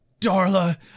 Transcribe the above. Darla